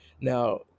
Now